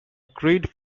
creed